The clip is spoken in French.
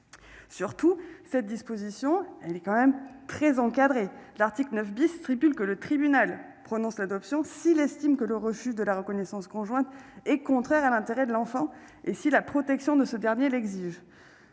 Surtout, cette disposition est quand même très encadrée, l'article 9 disposant que « le juge prononce l'adoption s'il estime que le refus de la reconnaissance conjointe est contraire à l'intérêt de l'enfant et si la protection de ce dernier l'exige